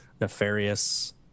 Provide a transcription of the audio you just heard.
nefarious